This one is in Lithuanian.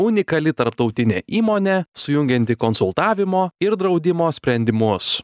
unikali tarptautinė įmonė sujungianti konsultavimo ir draudimo sprendimus